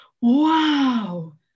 wow